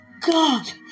God